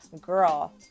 girl